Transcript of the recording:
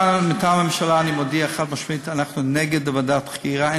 מטעם הממשלה אני מודיע חד-משמעית שאנחנו נגד ועדת חקירה.